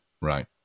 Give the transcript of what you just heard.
right